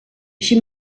així